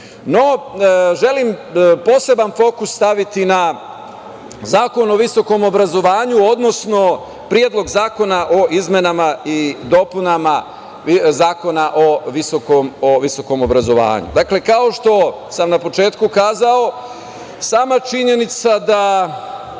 poseban fokus staviti na Zakon o visokom obrazovanju, odnosno predlog Zakona o izmenama i dopunama Zakona o visokom obrazovanju. Dakle, kao što sam na početku kazao, sama činjenica da